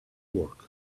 work